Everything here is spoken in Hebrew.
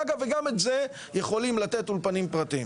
אגב, גם את זה יכולים לתת אולפנים פרטיים.